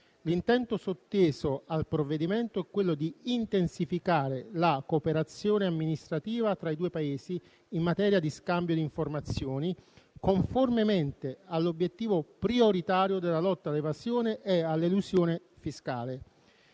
L'intento sotteso al provvedimento è quello di intensificare la cooperazione amministrativa tra i due Paesi in materia di scambio di informazioni, conformemente all'obiettivo prioritario della lotta all'evasione e all'elusione fiscale.